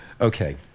Okay